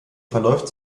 verläuft